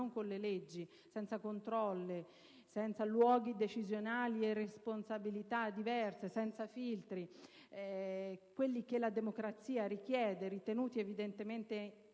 non con le leggi, senza controlli, senza luoghi decisionali e responsabilità diverse, senza i filtri che la democrazia richiede, ritenuti evidentemente cavilli,